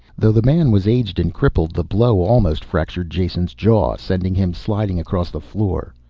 though the man was aged and crippled, the blow almost fractured jason's jaw, sending him sliding across the floor.